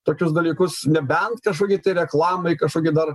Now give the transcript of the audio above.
tokius dalykus nebent kažkokiai reklamai kažkokį dar